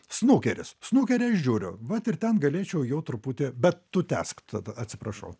snukeris snukerį aš žiūriu vat ir ten galėčiau jau truputį bet tu tęsk tada atsiprašau